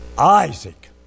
Isaac